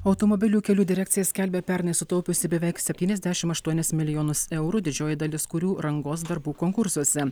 automobilių kelių direkcija skelbia pernai sutaupiusi beveik septyniasdešim aštuonis milijonus eurų didžioji dalis kurių rangos darbų konkursuose